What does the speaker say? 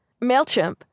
MailChimp